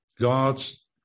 God's